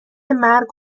مرگ